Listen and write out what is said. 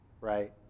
Right